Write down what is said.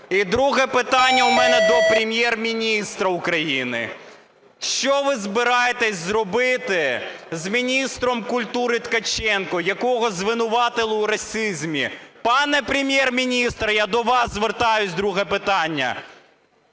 І друге питання у мене до Прем’єр-міністра України. Що ви збираєтеся зробити з міністром культури Ткаченком, якого звинуватили у расизмі? Пане Прем’єр-міністр, я до вас звертаюся, друге питання.